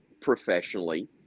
professionally